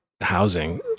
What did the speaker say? housing